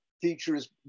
features